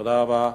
תודה רבה.